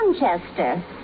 Manchester